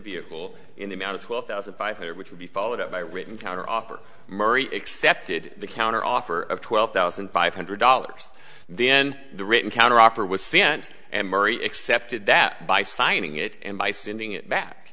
vehicle in the amount of twelve thousand five hundred which would be followed up by written counter offer murray excepted the counter offer of twelve thousand five hundred dollars then the written counteroffer was sent and murray excepted that by signing it and by sending it back